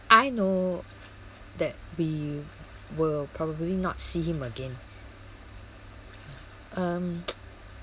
I know that we will probably not see him again um